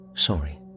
Sorry